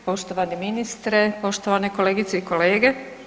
Poštovani ministre, poštovane kolegice i kolege.